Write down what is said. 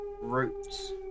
roots